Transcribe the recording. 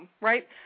right